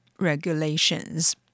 regulations